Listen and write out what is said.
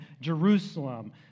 Jerusalem